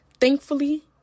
Thankfully